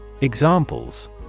Examples